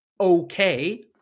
okay